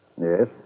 Yes